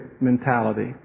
mentality